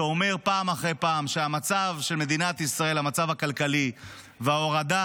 שאומר פעם אחרי פעם שהמצב הכלכלי של מדינת ישראל וההורדה